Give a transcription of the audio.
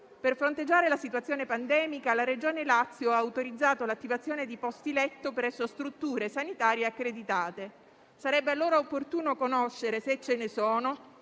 Per fronteggiare la situazione pandemica la Regione Lazio ha autorizzato l'attivazione di posti letto presso strutture sanitarie accreditate. Sarebbe allora opportuno conoscere, se ce ne sono,